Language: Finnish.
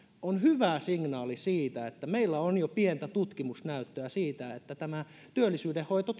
on hyvä signaali siitä että meillä on jo pientä tutkimusnäyttöä siitä että tämä työllisyyden hoito